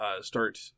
start